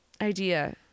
idea